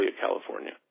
California